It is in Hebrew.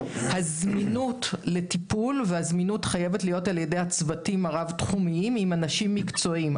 הזמינות לטיפול חייבת להיות ע"י הצוותים הרב-תחומים עם אנשים מקצועיים,